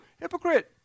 Hypocrite